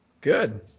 good